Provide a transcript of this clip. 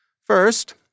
First